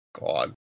God